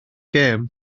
gêm